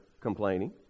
complaining